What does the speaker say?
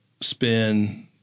spin